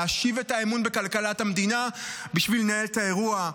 להשיב את האמון בכלכלת המדינה בשביל לנהל את האירוע.